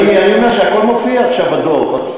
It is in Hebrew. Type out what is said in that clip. אני אומר שהכול מופיע עכשיו בדוח.